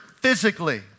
Physically